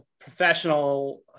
professional